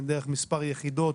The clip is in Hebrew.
דרך מספר יחידות